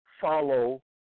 follow